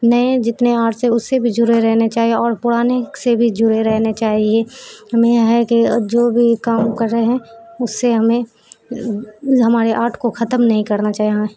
نئے جتنے آرٹس ہے اس سے بھی جڑے رہنے چاہیے اور پرانے سے بھی جڑے رہنے چاہیے ہمیں یہ ہے کہ جو بھی کام کر رہے ہیں اس سے ہمیں ہمارے آرٹ کو ختم نہیں کرنا چاہیے ہمیں